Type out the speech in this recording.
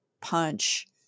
punch